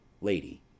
Lady